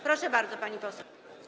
Proszę bardzo, pani poseł.